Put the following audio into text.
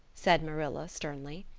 said marilla sternly.